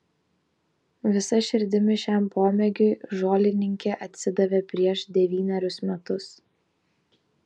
visa širdimi šiam pomėgiui žolininkė atsidavė prieš devynerius metus